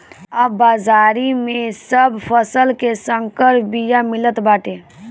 अब बाजारी में सब फसल के संकर बिया मिलत बाटे